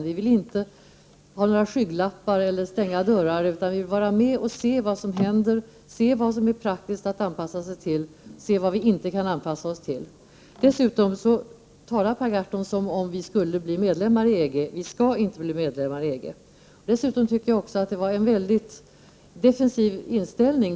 Vi vill inte ha några skygglappar eller stänga dörrar, utan vi vill vara med och se vad som händer, se vad som är praktiskt att anpassa sig till och vad vi inte kan anpassa oss till. Per Gahrton talar som om Sverige skulle bli medlem i EG. Sverige skall inte bli medlem i EG. Dessutom tycker jag att han ger uttryck för en väldigt defensiv inställning.